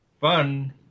fun